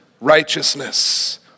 righteousness